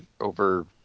over